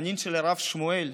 הנין של הרב שמואל.